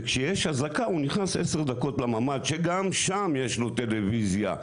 וכשיש אזעקה הוא נכנס 10 דקות לממ"ד שגם שם יש לו טלוויזיה,